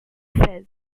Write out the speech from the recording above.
fez